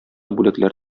бүләкләр